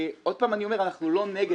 עוד פעם אני אומר שאנחנו לא נגד.